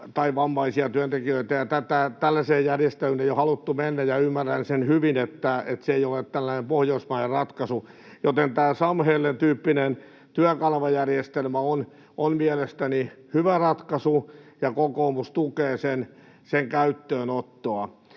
tai vammaisia työntekijöitä. Tällaiseen järjestelyyn ei ole haluttu mennä, ja ymmärrän sen hyvin, että se ei ole tällainen pohjoismainen ratkaisu. Joten tämä Samhallin tyyppinen työkanavajärjestelmä on mielestäni hyvä ratkaisu, ja kokoomus tukee sen käyttöönottoa.